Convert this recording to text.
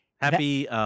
Happy